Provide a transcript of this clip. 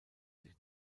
sich